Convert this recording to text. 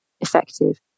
effective